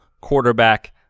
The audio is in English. quarterback